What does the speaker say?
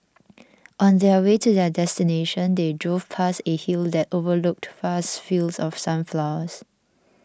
on their way to their destination they drove past a hill that overlooked vast fields of sunflowers